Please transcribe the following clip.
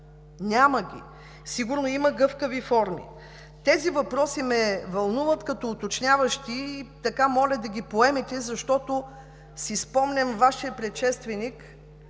Няма ги! Сигурно има гъвкави форми. Тези въпроси ме вълнуват като уточняващи и моля да ги поемете, защото си спомням, че Вашият предшественик